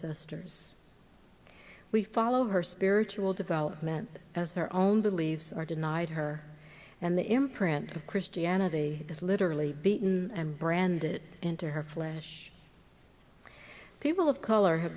sisters we follow her spiritual development as her own beliefs are denied her and the imprint of christianity is literally beaten and branded into her flesh people of color have